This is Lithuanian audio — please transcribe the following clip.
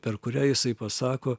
per kurią jisai pasako